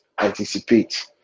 anticipate